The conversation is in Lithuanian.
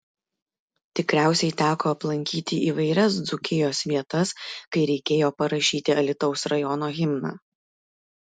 tikriausiai teko aplankyti įvairias dzūkijos vietas kai reikėjo parašyti alytaus rajono himną